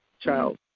child